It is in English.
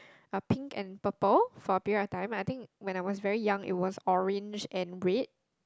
a pink and purple for a period of time I think when I was very young it was orange and red